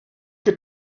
que